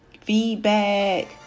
feedback